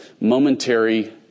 momentary